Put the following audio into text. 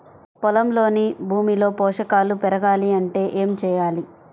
పొలంలోని భూమిలో పోషకాలు పెరగాలి అంటే ఏం చేయాలి?